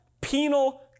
penal